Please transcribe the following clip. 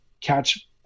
catch